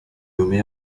nommée